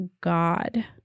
God